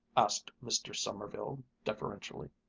asked mr. sommerville deferentially.